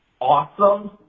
awesome